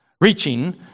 Reaching